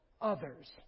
others